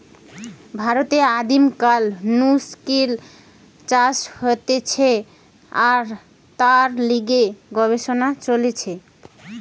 ভারতে আদিম কাল নু সিল্ক চাষ হতিছে আর তার লিগে গবেষণা চলিছে